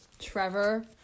Trevor